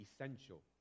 essential